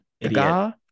Idiot